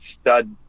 stud